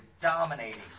dominating